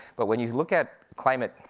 but when you look at climate,